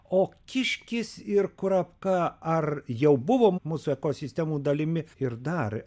o kiškis ir kurapka ar jau buvom mūsų ekosistemų dalimi ir dar